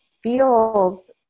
feels